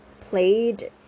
played